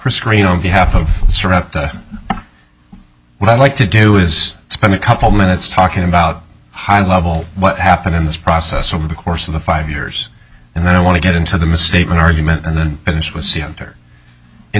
pre screen on behalf of what i'd like to do is spend a couple minutes talking about high level what happened in this process over the course of the five years and then i want to get into the misstatement argument and then fin